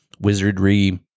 wizardry